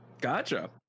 gotcha